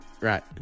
Right